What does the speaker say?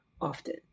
often